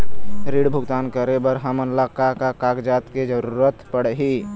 ऋण भुगतान करे बर हमन ला का का कागजात के जरूरत पड़ही?